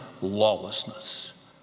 lawlessness